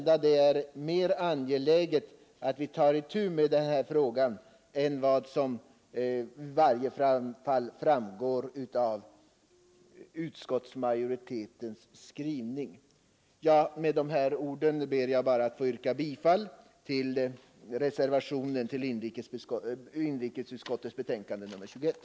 Det är mer angeläget att vi tar itu med denna fråga än vad som framgår av utskottsmajoritetens skrivning Med de här orden ber jag att få yrka bifall till reservationen till inrikesutskottets betänkande nr 21.